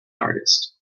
artist